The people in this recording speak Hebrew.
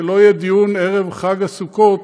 שלא יהיה דיון ערב חג הסוכות,